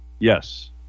Yes